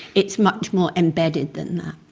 it is much more embedded than that.